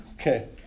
Okay